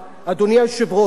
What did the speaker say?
אמר מייקל אורן,